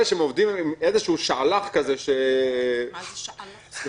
שהם עובדים עם איזשהו שעל"ח (שעון לחימה) כזה.